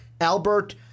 Albert